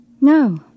No